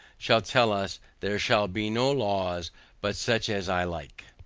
shall tell us, there shall be no laws but such as i like.